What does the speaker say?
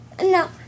no